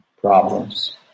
problems